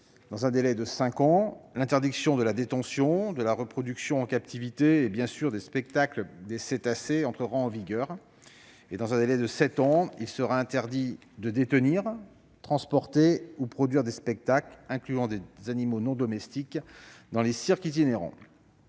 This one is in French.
Dans un délai de cinq ans, l'interdiction de la détention, de la reproduction en captivité et, bien sûr, des spectacles de cétacés entrera en vigueur. Dans un délai de sept ans, il sera interdit de détenir, de transporter ou de produire des spectacles incluant des animaux non domestiques dans les cirques itinérants.